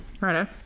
right